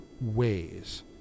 ways